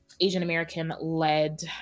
Asian-American-led